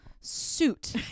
suit